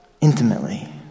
Intimately